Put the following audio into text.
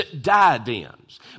diadems